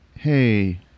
Hey